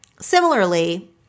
Similarly